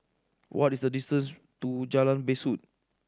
what is the distance to Jalan Besut